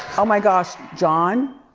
oh my gosh, john.